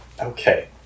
Okay